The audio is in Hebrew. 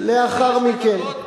לאחר מכן.